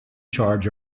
charge